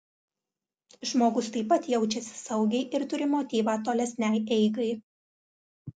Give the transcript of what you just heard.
žmogus taip pat jaučiasi saugiai ir turi motyvą tolesnei eigai